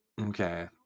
Okay